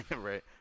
right